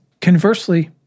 conversely